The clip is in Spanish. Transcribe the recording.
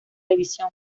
televisión